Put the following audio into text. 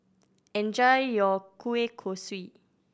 enjoy your kueh kosui